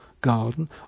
garden